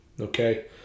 Okay